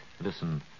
Listen